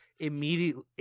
Immediately